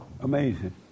Amazing